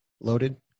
loaded